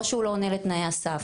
או שהוא לא עונה לתנאי הסף,